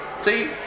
see